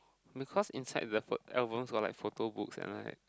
because inside the phot~ albums were like photo books and like